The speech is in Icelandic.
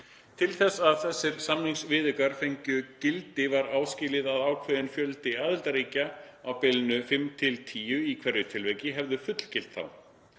Til þess að þessir samningsviðaukar fengju gildi var áskilið að ákveðinn fjöldi aðildarríkja, á bilinu frá fimm til tíu í hverju tilviki, hefðu fullgilt þá.